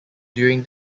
during